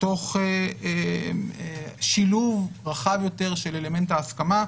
תוך שילוב רחב יותר של אלמנט ההסכמה,